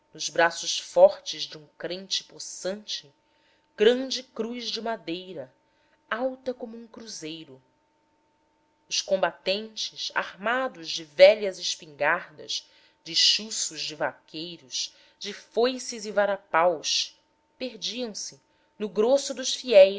nos braços fortes de um crente possante grande cruz de madeira alta como um cruzeiro os combatentes armados de velhas espingardas de chuços de vaqueiros de foices e varapaus perdiam-se no grosso dos fiéis